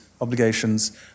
obligations